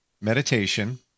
meditation